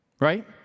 right